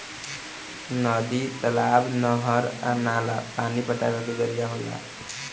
नदी, तालाब, नहर आ नाला पानी पटावे के जरिया होला